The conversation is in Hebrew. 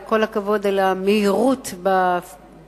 כל הכבוד על המהירות בפעולה.